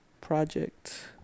Project